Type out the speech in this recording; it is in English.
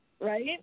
Right